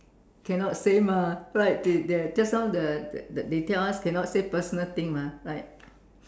cannot say mah right they they just now the the they tell us cannot say personal thing mah right